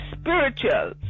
spiritual